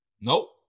Nope